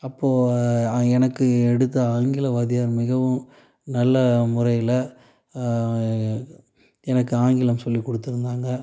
அப்போது எனக்கு எடுத்த ஆங்கில வாத்தியார் மிகவும் நல்ல முறையில் எனக்கு ஆங்கிலம் சொல்லிக்கொடுத்துருந்தாங்க